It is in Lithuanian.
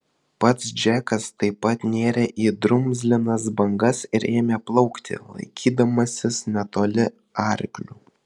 pats džekas taip pat nėrė į drumzlinas bangas ir ėmė plaukti laikydamasis netoli arklių